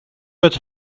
but